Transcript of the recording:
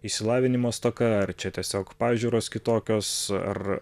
išsilavinimo stoka ar čia tiesiog pažiūros kitokios ar